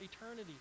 eternity